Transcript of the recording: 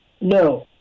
No